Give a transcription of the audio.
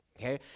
okay